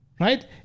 Right